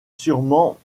sûrement